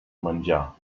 menjar